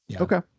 Okay